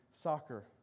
soccer